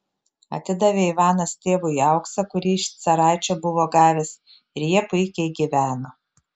atidavė ivanas tėvui auksą kurį iš caraičio buvo gavęs ir jie puikiai gyveno